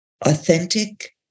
authentic